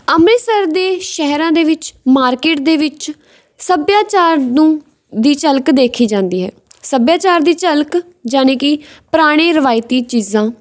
ਅੰਮ੍ਰਿਤਸਰ ਦੇ ਸ਼ਹਿਰਾਂ ਦੇ ਵਿੱਚ ਮਾਰਕੀਟ ਦੇ ਵਿੱਚ ਸੱਭਿਆਚਾਰ ਨੂੰ ਦੀ ਝਲਕ ਦੇਖੀ ਜਾਂਦੀ ਹੈ ਸੱਭਿਆਚਾਰ ਦੀ ਝਲਕ ਜਾਣੀ ਕਿ ਪੁਰਾਣੇ ਰਵਾਇਤੀ ਚੀਜ਼ਾਂ